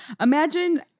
Imagine